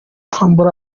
kwambura